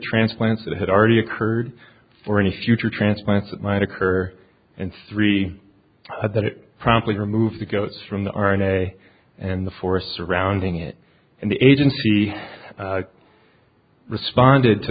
transplants that had already occurred for any future transplants that might occur and three that it promptly removed the goats from the r n a and the forest surrounding it and the agency responded to